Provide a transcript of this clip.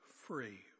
free